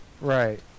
right